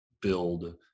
build